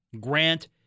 Grant